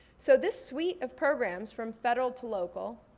so this suite of programs from federal to local,